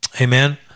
Amen